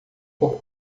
por